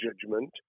judgment